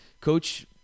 Coach